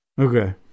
Okay